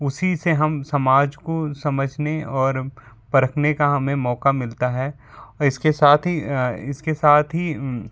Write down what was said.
उसी से हम समाज को समझने और परखने का हमें मौक़ा मिलता है इसके साथ ही इसके साथ ही